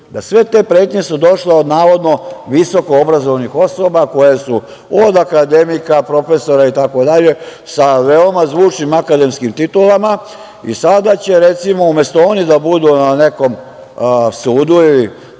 da sve te pretnje su došle od navodno visokoobrazovanih osoba koje su od akademika, profesora itd, sa veoma zvučnim akademskim titulama. I sada će, recimo, umesto oni da budu na nekom sudu,